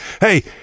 Hey